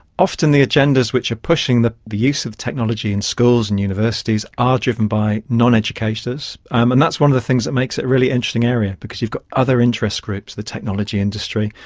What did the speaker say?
often the agendas which are pushing the the use of technology in schools and universities are driven by non-educators, um and that's one of the things that makes it a really interesting area because you've got other interest groups the technology industry,